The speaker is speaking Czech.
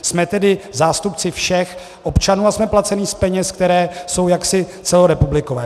Jsme tedy zástupci všech občanů a jsme placeni z peněz, které jsou jaksi celorepublikové.